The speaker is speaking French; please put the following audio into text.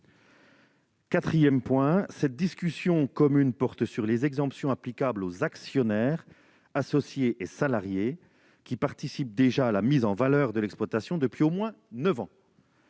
Quatrièmement, cette discussion commune porte sur les exemptions applicables aux actionnaires associés et salariés qui participent déjà à la mise en valeur de l'exploitation depuis au moins neuf ans.